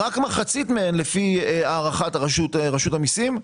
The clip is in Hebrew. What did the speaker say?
רק מחצית מהן לפי הערכת רשות המיסים,